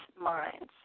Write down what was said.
minds